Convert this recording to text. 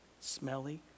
smelly